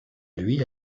lui